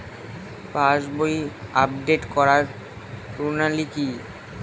পাসবই update করার প্রণালী কি?